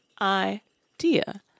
idea